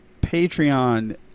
Patreon